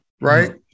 right